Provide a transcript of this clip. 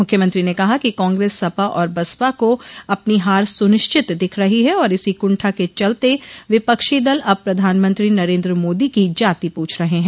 मुख्यमंत्री ने कहा कि कांग्रेस सपा और बसपा को अपनी हार सुनिश्चित दिख रही है और इसी कुंठा के चलते विपक्षी दल अब प्रधानमंत्री नरेन्द्र मोदी की जाति पूछ रहे हैं